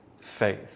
faith